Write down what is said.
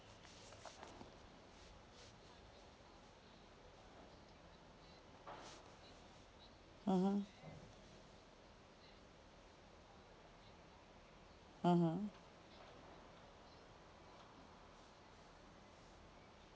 mmhmm mmhmm